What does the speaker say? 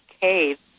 cave